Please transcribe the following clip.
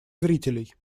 зрителей